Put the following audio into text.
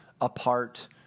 apart